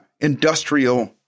industrial